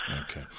Okay